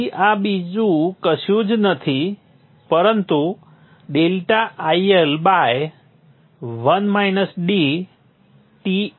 તેથી આ બીજું કશું જ નથી પરંતુ ∆IL Ts છે